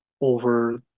over